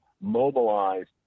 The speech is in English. mobilized